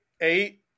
Eight